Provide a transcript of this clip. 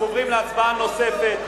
אנחנו עוברים להצבעה נוספת.